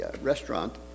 restaurant